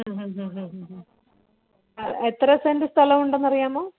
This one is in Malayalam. മ്ഹ മ്ഹ മ്ഹ മ്ഹ മ്ഹ മ്ഹ എത്ര സെൻറ്റ് സ്ഥലമുണ്ടെന്നറിയാമോ